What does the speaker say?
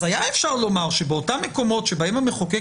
היה אפשר לומר שבאותם מקומות שבהם המחוקק